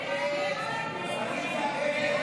הסתייגות 7 לא נתקבלה.